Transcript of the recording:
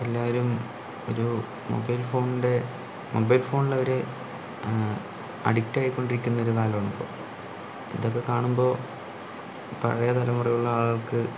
എല്ലാവരും ഒരു മൊബൈൽ ഫോണിൻ്റെ മൊബൈൽ ഫോണിൽ അവര് അഡിക്റ്റായി കൊണ്ടിരിക്കുന്ന ഒരു കാലമാണ് ഇപ്പോൾ ഇതൊക്കെ കാണുമ്പോൾ പഴയ തലമുറയിൽ ഉള്ള ആളുകൾക്ക്